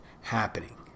happening